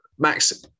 Max